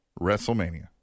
WrestleMania